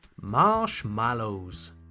Marshmallows